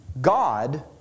God